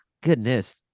goodness